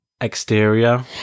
exterior